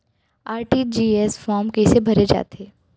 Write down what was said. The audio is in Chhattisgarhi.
आर.टी.जी.एस फार्म कइसे भरे जाथे?